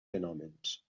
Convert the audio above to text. fenòmens